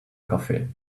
cafe